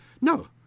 No